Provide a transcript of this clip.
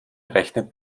rechnet